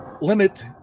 limit